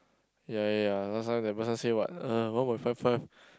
ya ya ya last time that person say what uh one point five five